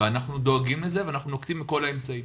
ואנחנו דואגים לזה ונוקטים בכל האמצעים.